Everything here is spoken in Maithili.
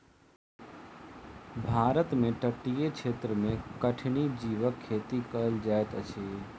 भारत में तटीय क्षेत्र में कठिनी जीवक खेती कयल जाइत अछि